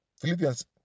Philippians